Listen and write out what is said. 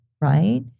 right